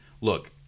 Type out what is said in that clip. look